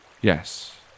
Yes